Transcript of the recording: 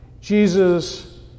Jesus